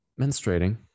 menstruating